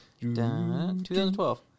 2012